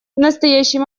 настоящий